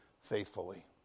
faithfully